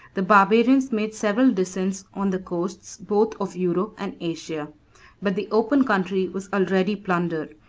the barbarians made several descents on the coasts both of europe and asia but the open country was already plundered,